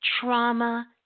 Trauma